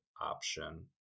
option